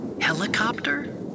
Helicopter